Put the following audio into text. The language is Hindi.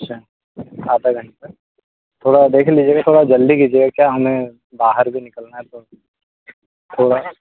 अच्छा आधा घण्टा थोड़ा देख लीजिएगा थोड़ा जल्दी कीजिएगा क्या है हमें बाहर भी निकलना है तो थोड़ा